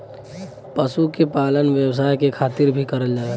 पशु के पालन व्यवसाय के खातिर भी करल जाला